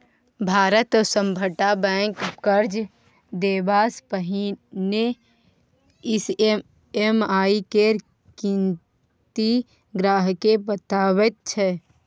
भारतक सभटा बैंक कर्ज देबासँ पहिने ई.एम.आई केर गिनती ग्राहकेँ बताबैत छै